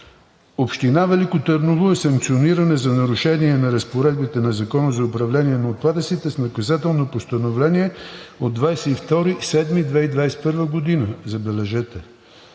Община Велико Търново е санкционирана за нарушение на разпоредбите на Закона за управление на отпадъците с наказателно постановление от 22 юли 2021 г., забележете,